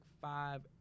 five